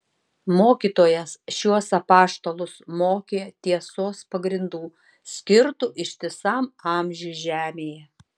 mokytojas šiuos apaštalus mokė tiesos pagrindų skirtų ištisam amžiui žemėje